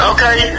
Okay